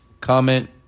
comment